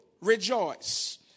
rejoice